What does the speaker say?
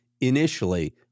Initially